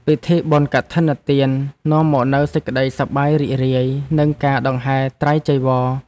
ពិធីបុណ្យកឋិនទាន នាំមកនូវសេចក្តីសប្បាយរីករាយ និងការដង្ហែត្រៃចីវរ។